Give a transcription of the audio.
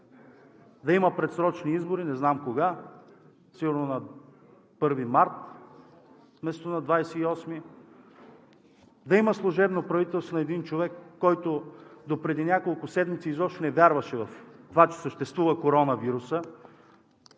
да има предсрочни избори – не знам кога, сигурно на 1 март, вместо на 28 ми. Да има служебно правителство на един човек, който допреди няколко седмици изобщо не вярваше в това, че съществува коронавирусът,